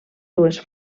dues